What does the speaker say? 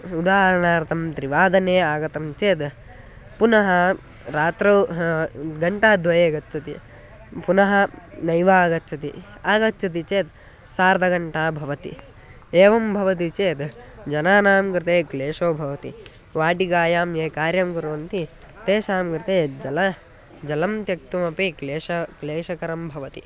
उदाहरणार्थं त्रिवादने आगतं चेद् पुनः रात्रौ घण्टाद्वये गच्छति पुनः नैव आगच्छति आगच्छति चेत् सार्धघण्टा भवति एवं भवदि चेत् जनानां कृते क्लेशो भवति वाटिकायां ये कार्यं कुर्वन्ति तेषां कृते जलं जलं त्यक्तुमपि क्लेशः क्लेशकरं भवति